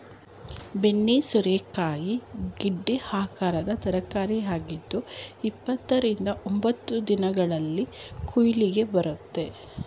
ಬೆನ್ನು ಸೋರೆಕಾಯಿ ಗೆಡ್ಡೆ ಆಕಾರದ ತರಕಾರಿಯಾಗಿದ್ದು ಎಪ್ಪತ್ತ ರಿಂದ ಎಂಬತ್ತು ದಿನಗಳಲ್ಲಿ ಕುಯ್ಲಿಗೆ ಬರುತ್ತೆ